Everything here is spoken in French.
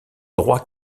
droit